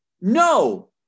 no